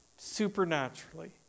Supernaturally